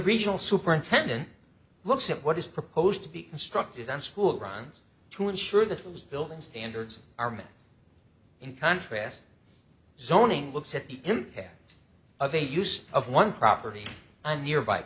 regional superintendent looks at what is proposed to be constructed on school grounds to ensure that was building standards are met in contrast zoning looks at the impact of a use of one property and nearby